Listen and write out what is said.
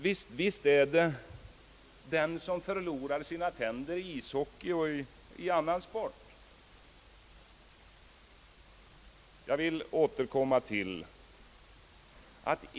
Visst förekommer det att personer förlorar sina tänder i en ishockeymatch eller i någon annan sport.